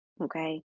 Okay